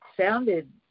sounded